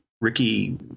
Ricky